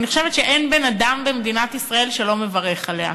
ואני חושבת שאין בן-אדם במדינת ישראל שלא מברך עליה,